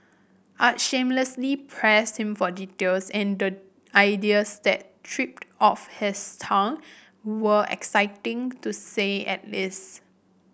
I shamelessly pressed him for details and the ideas that tripped off his tongue were exciting to say at least